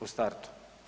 U startu.